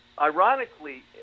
ironically